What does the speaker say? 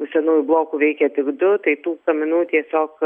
senųjų blokų veikia tik du tai tų kaminų tiesiog